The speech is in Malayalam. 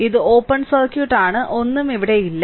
ഇത് ഓപ്പൺ സർക്യൂട്ട് ആണ് ഒന്നും ഇവിടെയില്ല